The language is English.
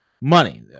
money